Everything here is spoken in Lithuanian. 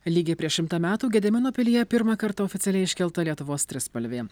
lygiai prieš šimtą metų gedimino pilyje pirmą kartą oficialiai iškelta lietuvos trispalvė